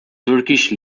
turkish